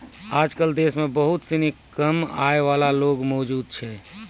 आजकल देश म बहुत सिनी कम आय वाला लोग मौजूद छै